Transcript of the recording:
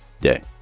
day